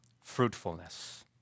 fruitfulness